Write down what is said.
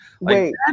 wait